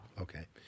Okay